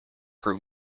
grew